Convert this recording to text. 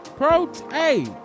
protein